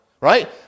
right